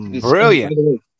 brilliant